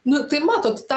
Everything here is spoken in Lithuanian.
nu tai matot ta